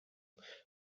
that